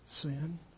sin